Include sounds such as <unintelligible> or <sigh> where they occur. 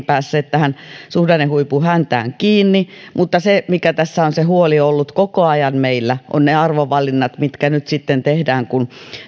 <unintelligible> päässeet suhdannehuipun häntään kiinni mutta se mikä on koko ajan ollut se huoli meillä ovat ne arvovalinnat mitkä nyt tehdään kun